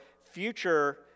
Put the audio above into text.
future